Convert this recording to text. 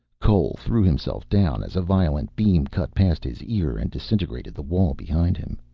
cole threw himself down as a violet beam cut past his ear and disintegrated the wall behind him.